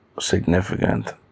significant